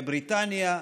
בבריטניה,